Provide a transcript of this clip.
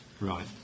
right